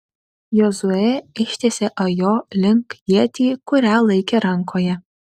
jozuė ištiesė ajo link ietį kurią laikė rankoje